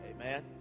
amen